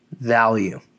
value